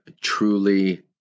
truly